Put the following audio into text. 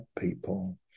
people